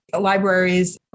libraries